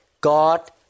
God